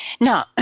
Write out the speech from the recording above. Now